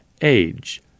age